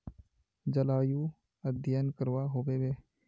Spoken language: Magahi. जलवायु अध्यन करवा होबे बे?